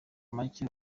make